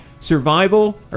survival